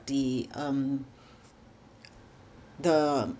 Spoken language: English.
the um the